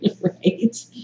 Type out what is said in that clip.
right